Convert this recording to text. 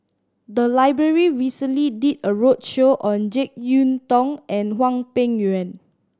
the library recently did a roadshow on Jek Yeun Thong and Hwang Peng Yuan